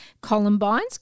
columbines